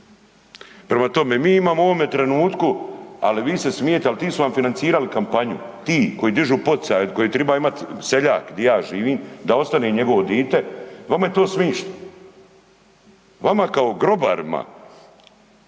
Prema tome, mi imamo u ovome trenutku, ali vi se smijete, ali ti su vam financirali kampanju. Ti koji dižu poticaje, od kojih triba imati seljak, di ja živim, da ostane njegovo dite, vama je to smišno. Vama kao grobarima